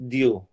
Dio